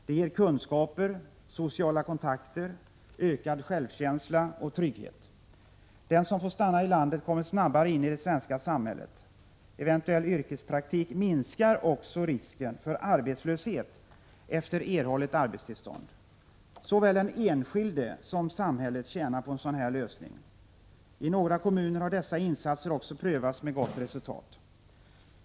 De ger kunskaper och sociala kontakter, ökad självkänsla och trygghet. Den som får stanna i landet kommer snabbare in i det svenska samhället. Eventuell yrkespraktik minskar också risken för arbetslöshet efter erhållet arbetstillstånd. Såväl den enskilde som samhället tjänar på en sådan här lösning. I några kommuner har dessa insatser också prövats med gott resultat.